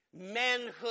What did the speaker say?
manhood